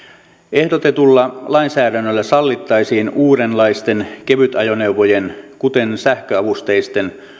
ehdotetulla lainsäädännöllä sallittaisiin uudenlaisten kevytajoneuvojen kuten sähköavusteisten